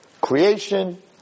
Creation